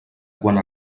quan